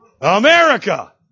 America